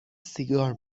سیگار